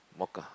mocha